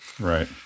Right